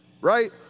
right